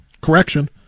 correction